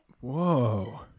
Whoa